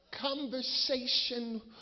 conversation